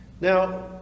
Now